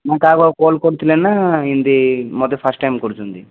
ମାନେ ଆଉ କାହାକୁ ଆଉ କଲ୍ କରିଥିଲେ ନା ଏମିତି ମୋତେ ଫାଷ୍ଟ୍ ଟାଇମ୍ କରୁଛନ୍ତି